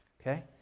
Okay